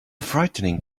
frightening